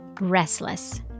restless